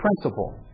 principle